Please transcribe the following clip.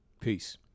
Peace